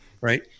right